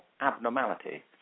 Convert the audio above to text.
abnormality